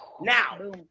now